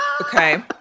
Okay